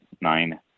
nine